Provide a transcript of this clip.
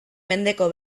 mendeko